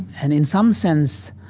and, in some sense,